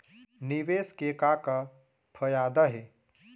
निवेश के का का फयादा हे?